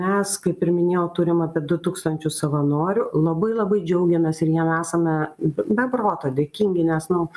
mes kaip ir minėjau turim apie du tūkstančius savanorių labai labai džiaugiamės ir jiem esame be proto dėkingi nes nu